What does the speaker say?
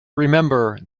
remember